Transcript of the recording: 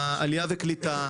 משרד העלייה והקליטה,